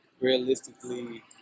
realistically